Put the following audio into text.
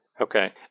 Okay